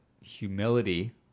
humility